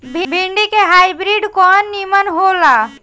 भिन्डी के हाइब्रिड कवन नीमन हो ला?